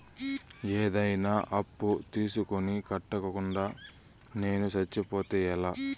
ఏదైనా అప్పు తీసుకొని కట్టకుండా నేను సచ్చిపోతే ఎలా